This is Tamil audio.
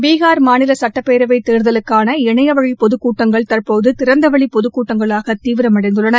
பீகார் மாநில சட்டப்பேரவைத் தேர்தலுக்கான இணையவழிப் பொதுக்கட்டங்கள் தற்போது திறந்தவெளி பொதுக்கூட்டங்களாக தீவிரமனடந்துள்ளன